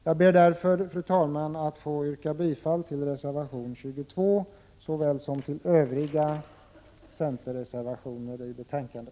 Jag ber därför, fru talman, att få yrka bifall till reservation 22, liksom till övriga centerreservationer i betänkandet.